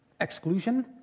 exclusion